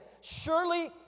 surely